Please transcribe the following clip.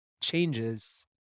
changes